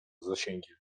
zasięgiem